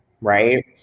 right